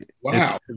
Wow